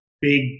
big